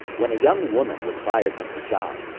when a young woman was fired from her job,